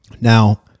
Now